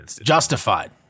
Justified